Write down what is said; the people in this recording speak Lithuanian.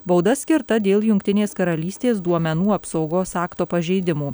bauda skirta dėl jungtinės karalystės duomenų apsaugos akto pažeidimų